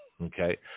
Okay